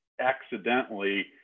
accidentally